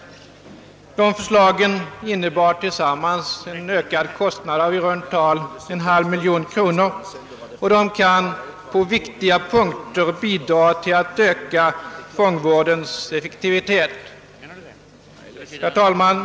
Genomförandet av dessa förslag, som tillsammans skall innebära en kostnad av i runt tal 500 000 kronor, kan på viktiga punkter bidraga till att öka fångvårdens effektivitet. Herr talman!